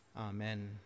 amen